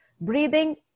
Breathing